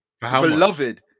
Beloved